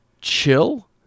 chill